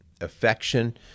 affection